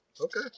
Okay